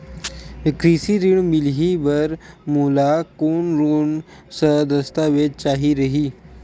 कृषि ऋण मिलही बर मोला कोन कोन स दस्तावेज चाही रही?